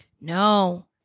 No